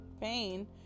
pain